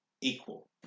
equal